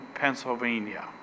Pennsylvania